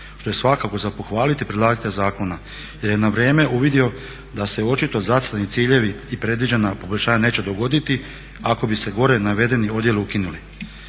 što je svakako za pohvaliti predlagatelja zakona jer je na vrijeme uvidio da se očito zacrtani ciljevi i predviđena poboljšanja neće dogoditi ako bi se gore navedeni odjeli ukinuli.